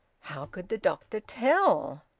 how could the doctor tell?